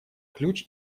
ключ